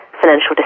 financial